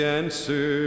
answer